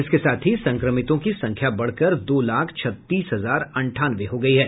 इसके साथ ही संक्रमितों की संख्या बढ़कर दो लाख छत्तीस हजार अंठानवे हो गयी है